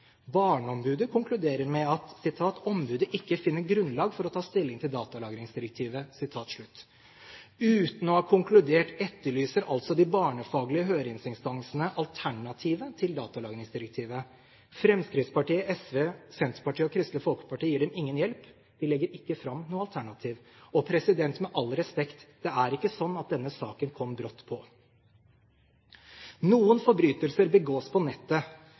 Barneombudet konkluderer med at de ikke finner grunnlag for å ta stilling til datalagringsdirektivet. Uten å ha konkludert etterlyser altså de barnefaglige høringsinstansene alternativer til datalagringsdirektivet. Fremskrittspartiet, SV, Senterpartiet og Kristelig Folkeparti gir dem ingen hjelp. De legger ikke fram noe alternativ. Med all respekt – det er ikke sånn at denne saken kom brått på. Noen forbrytelser begås på nettet,